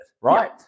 right